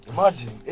Imagine